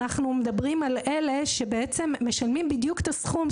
אנחנו מדברים על אלה שמשלמים בדיוק את הסכום.